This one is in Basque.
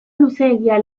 luzeegia